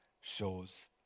shows